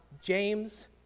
James